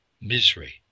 misery